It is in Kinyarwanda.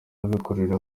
babikorera